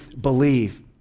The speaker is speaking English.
believe